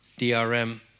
DRM